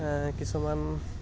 কিছুমান